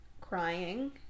crying